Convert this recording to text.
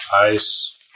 Ice